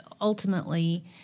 ultimately